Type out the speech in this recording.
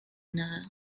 another